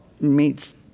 meets